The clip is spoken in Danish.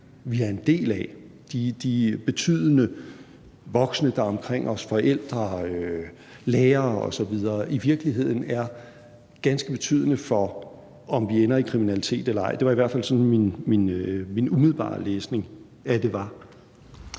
vi er en del af – de betydende voksne, der er omkring os, forældre, lærere osv. – i virkeligheden er ganske betydende for, om vi ender i kriminalitet eller ej. Det var i hvert fald sådan, min umiddelbare læsning af det var.